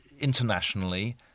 internationally